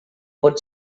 pot